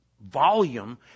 Volume